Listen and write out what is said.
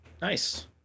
nice